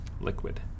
liquid